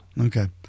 okay